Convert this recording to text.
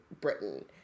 Britain